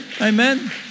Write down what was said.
amen